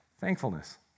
thankfulness